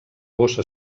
bossa